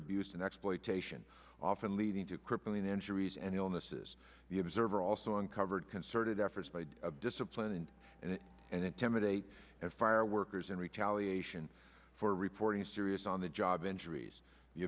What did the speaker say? abuse and exploitation often leading to crippling injuries and illnesses the observer also uncovered concerted efforts by discipline in and intimidate and fire workers in retaliation for reporting serious on the job injuries